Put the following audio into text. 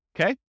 Okay